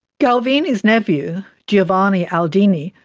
galvani's nephew, giovanni aldini,